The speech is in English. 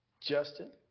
Justin